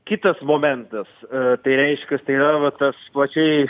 kitas momentas tai reiškias tai yra va tas plačiai